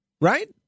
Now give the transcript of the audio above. Right